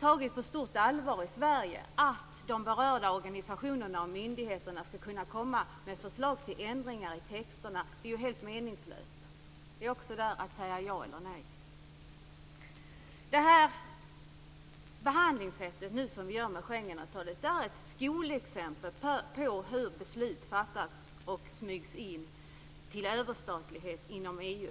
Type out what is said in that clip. tagit på stort allvar i Sverige - att de berörda organisationerna och myndigheterna skall kunna komma med förslag till ändringar i texterna - helt meningslöst. Också här gäller det att säga ja eller nej. Det sätt på vilket vi nu behandlar Schengenavtalet är ett skolexempel på hur beslut fattas och smygs in till överstatlighet inom EU.